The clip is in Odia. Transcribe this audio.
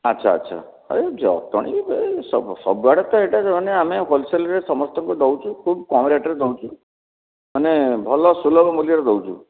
ଆଚ୍ଛା ଆଚ୍ଛା ଏଇ ଜଟଣୀରେ ଏବେ ସବୁଆଡ଼େ ତ ଏଇଟା ଆମେ ହୋଲ୍ସେଲ୍ରେ ସମସ୍ତଙ୍କୁ ଦେଉଛୁ ଖୁବ୍ କମ୍ ରେଟ୍ରେ ଦେଉଛୁ ମାନେ ଭଲ ସୁଲଭ ମୂଲ୍ୟରେ ଦେଉଛୁ